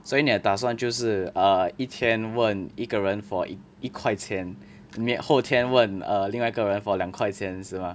所以你的打算就是 err 一天问一个人 for 一块钱后天问另外一个人 for 两块钱是 mah